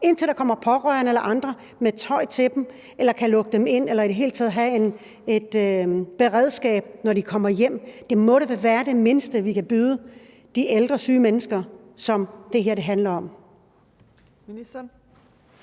indtil der kommer pårørende eller andre med tøj til dem, eller som kan lukke dem ind, eller i det hele taget have et beredskab, når de kommer hjem? Det må da være det mindste, vi kan byde de ældre, syge mennesker, som det her handler om.